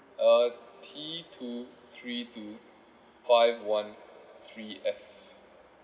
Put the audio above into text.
uh T two three two five one three F